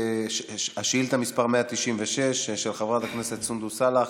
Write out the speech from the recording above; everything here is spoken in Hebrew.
שאילתה 196, של חברת הכנסת סונדוס סאלח: